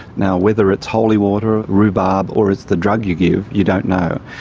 now, whether it's holy water, rhubarb, or it's the drug you give, you don't know.